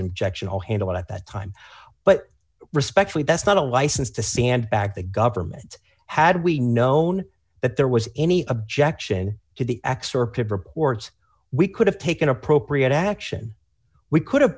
objection i'll handle it at that time but respectfully that's not a license to sandbag the government had we known that there was any objection to the excerpted reports we could have taken appropriate action we could